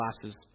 classes